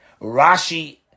Rashi